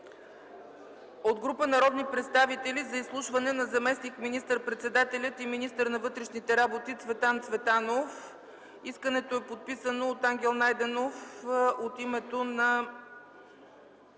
от група народни представители за изслушване на заместник министър-председателя и министър на вътрешните работи Цветан Цветанов. Искането е подписано от народния представител